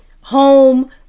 home